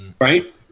Right